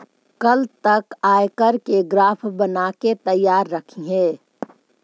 कल तक आयकर के ग्राफ बनाके तैयार रखिहें